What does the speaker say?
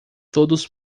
todos